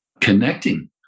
connecting